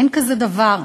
אין כזה דבר.